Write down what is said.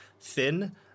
thin